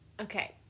Okay